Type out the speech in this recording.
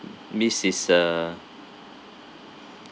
miss is a